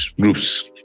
groups